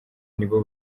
nibo